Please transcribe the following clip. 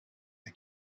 the